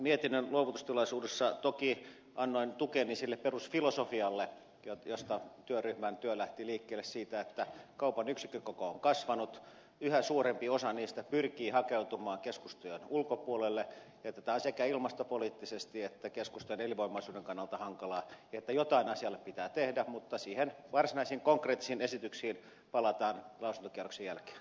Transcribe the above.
mietinnön luovutustilaisuudessa toki annoin tukeni sille perusfilosofialle josta työryhmän työ lähti liikkeelle että kaupan yksikkökoko on kasvanut yhä suurempi osa niistä pyrkii hakeutumaan keskustojen ulkopuolelle ja tämä on sekä ilmastopoliittisesti että keskustojen elinvoimaisuuden kannalta hankalaa ja jotain asialle pitää tehdä mutta niihin varsinaisiin konkreettisiin esityksiin palataan lausuntokierroksen jälkeen